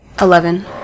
Eleven